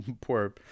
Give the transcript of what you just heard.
poor